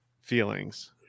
feelings